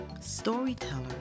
storyteller